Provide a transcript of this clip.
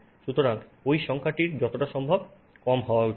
সুতরাং ওই সংখ্যাটির যতটা সম্ভব কম হওয়া উচিত